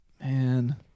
Man